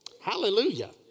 hallelujah